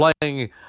playing